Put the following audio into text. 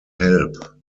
help